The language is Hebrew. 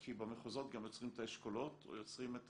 כי במחוזות גם יוצרים את האשכולות או יוצרים את